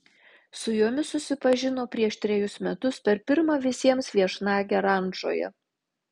su jomis susipažino prieš trejus metus per pirmą visiems viešnagę rančoje